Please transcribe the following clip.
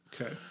Okay